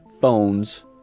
phones